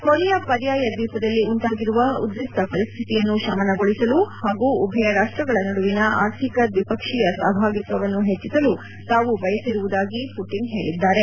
Korea ಪರ್ಯಾಯ ದೀಪದಲ್ಲಿ ಉಂಟಾಗಿರುವ ಉದ್ರಿಕ್ತ ಪರಿಸ್ಥಿತಿಯನ್ನು ಶಮನಗೊಳಿಸಲು ಹಾಗೂ ಉಭಯ ರಾಷ್ಟ್ರಗಳ ನಡುವಿನ ಆರ್ಥಿಕ ದ್ವಿಪಕ್ಷೀಯ ಸಹಭಾಗಿತ್ವವನ್ನು ಹೆಚ್ಚಿಸಲು ತಾವು ಬಯಸಿರುವುದಾಗಿ ಪುಟಿನ್ ಹೇಳಿದ್ದಾರೆ